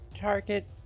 target